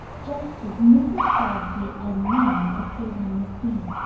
just as mrs. bobbsey and nan appeared on the scene.